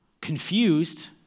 confused